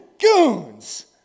goons